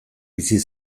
bizi